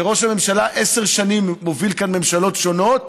וראש הממשלה עשר שנים מוביל כאן ממשלות שונות,